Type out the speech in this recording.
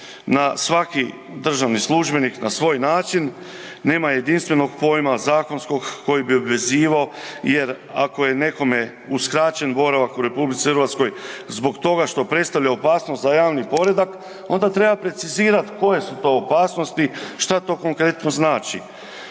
na svaki državni službenik na svoj način, nema jedinstvenog pojma zakonskog koji bi obvezivao jer ako je nekome uskraćen boravak u RH zbog toga što predstavlja opasnost za javni poredak onda treba precizirati koje su to opasnosti šta to konkretno znači.